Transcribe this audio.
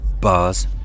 bars